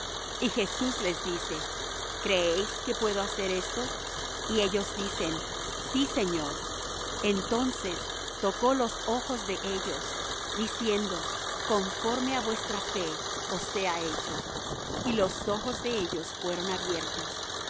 y jesús les dice creéis que puedo hacer esto ellos dicen sí señor entonces tocó los ojos de ellos diciendo conforme á vuestra fe os sea hecho y los ojos de ellos fueron abiertos